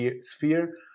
sphere